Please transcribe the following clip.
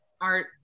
art